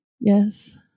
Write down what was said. yes